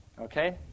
Okay